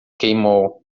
queimou